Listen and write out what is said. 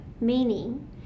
meaning